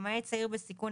למעט צעיר בסיכון,